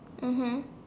mmhmm